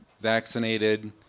vaccinated